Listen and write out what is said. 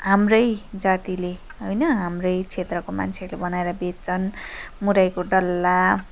हाम्रै जातिले होइन हाम्रै क्षेत्रको मान्छेहरूले बनाएर बेच्छन् मुरहीको डल्ला